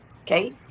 okay